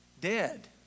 dead